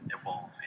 evolve